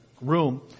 room